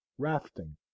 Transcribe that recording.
rafting